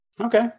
Okay